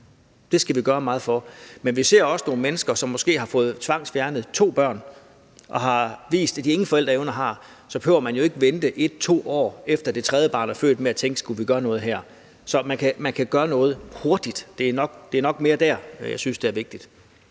det skal vi gøre meget for – men vi ser også nogle mennesker, som måske har fået tvangsfjernet to børn og har vist, at de ingen forældreevner har, og så behøver man jo ikke at vente 1-2 år efter det tredje barn er født med at tænke, om man skulle gøre noget her. Altså, det er nok det, jeg efterlyser mest.